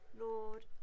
Lord